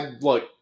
Look